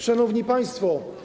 Szanowni Państwo!